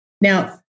Now